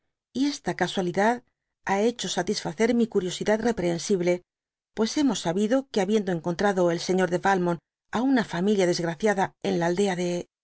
y esta casualidad ha hecho satisfacer mi curiosidad reprehensible pues hemos sabido que habiendo encontrado el señor de yalmont á una famiha desgraciada en la aldea de